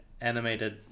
animated